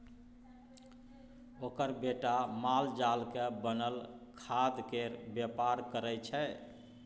ओकर बेटा मालजालक बनल खादकेर बेपार करय छै